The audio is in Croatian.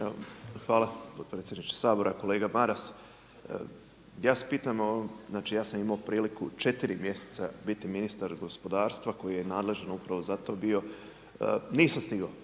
Hvala potpredsjedniče Sabora. Kolega Maras, ja se pitam, znači ja sam imao priliku četiri mjeseca biti ministar gospodarstva koji je nadležan upravo za to bio, nisam stigao,